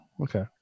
okay